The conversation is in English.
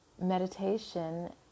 Meditation